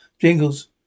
Jingles